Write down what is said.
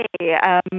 okay